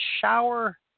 shower